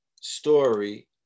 story